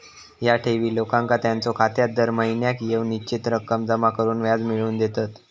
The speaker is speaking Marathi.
ह्या ठेवी लोकांका त्यांच्यो खात्यात दर महिन्याक येक निश्चित रक्कम जमा करून व्याज मिळवून देतत